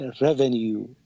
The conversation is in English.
revenue